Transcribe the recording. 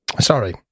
Sorry